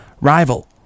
Rival